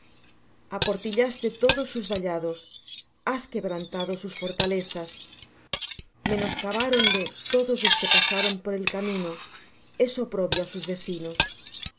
tierra aportillaste todos sus vallados has quebrantado sus fortalezas menoscabáronle todos los que pasaron por el camino es oprobio á sus vecinos